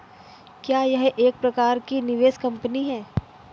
क्या यह एक प्रकार की निवेश कंपनी है?